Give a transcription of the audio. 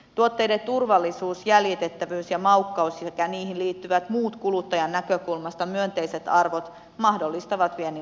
tuotteiden turvallisuus jäljitettävyys ja maukkaus sekä niihin liittyvät muut kuluttajan näkökulmasta myönteiset arvot mahdollistavat viennin laajentamisen